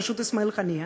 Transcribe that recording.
בראשות אסמאעיל הנייה,